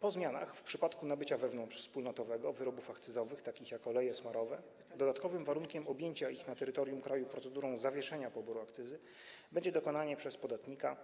Po zmianach w przypadku nabycia wewnątrzwspólnotowego wyrobów akcyzowych, takich jak oleje smarowe, dodatkowym warunkiem objęcia ich na terytorium kraju procedurą zawieszenia poboru akcyzy będzie dokonanie przez podatnika